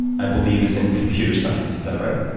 i believe, is in computer science. is that right?